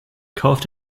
kauft